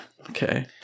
Okay